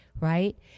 right